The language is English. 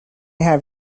have